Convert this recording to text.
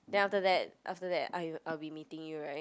then after that after that I I'll be meeting you right